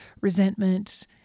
resentment